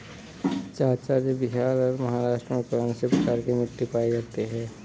चाचा जी बिहार और महाराष्ट्र में कौन सी प्रकार की मिट्टी पाई जाती है?